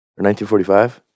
1945